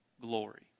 glory